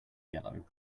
yellow